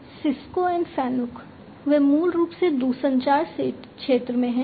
Cisco और Fanuc वे मूल रूप से दूरसंचार क्षेत्र में हैं